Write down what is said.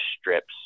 strips